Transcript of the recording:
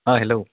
অ' hello